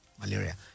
malaria